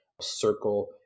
circle